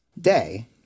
day